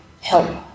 help